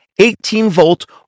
18-volt